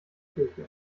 kirche